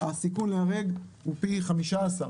הסיכוי להיהרג הוא פי 15,